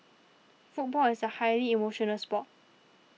football is a highly emotional sport